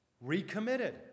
recommitted